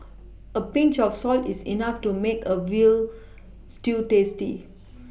a Pinch of salt is enough to make a veal stew tasty